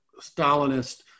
Stalinist